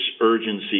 urgency